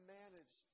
manage